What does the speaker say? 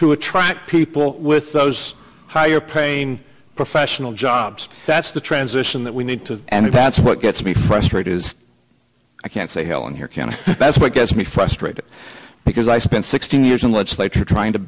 to attract people with those higher paying professional jobs that's the transition that we need to and if that's what gets me frustrated i can't say hello in here that's what gets me frustrated because i spent sixteen years in the legislature trying to